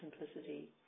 simplicity